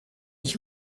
ich